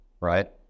right